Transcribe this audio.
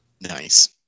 Nice